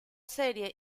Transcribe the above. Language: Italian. serie